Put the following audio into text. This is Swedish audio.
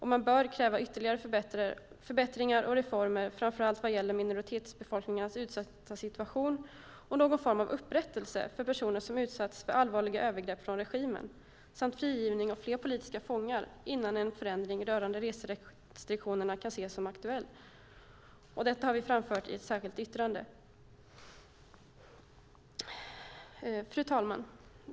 Man bör kräva ytterligare förbättringar och reformer, framför allt vad gäller minoritetsbefolkningarnas utsatta situation, någon form av upprättelse för personer som har utsatts för allvarliga övergrepp från regimen samt frigivning av politiska fångar innan en förändring rörande reserestriktionerna kan ses som aktuell. Detta har vi framfört i ett särskilt yttrande. Fru talman!